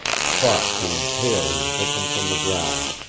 fought to impale his victim from the ground,